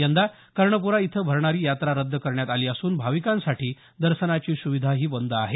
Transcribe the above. यंदा कर्णप्रा इथं भरणारी यात्रा रद्द करण्यात आली असून भाविकांसाठी दर्शनाची सुविधाही बद आहे